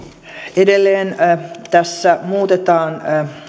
edelleen tässä muutetaan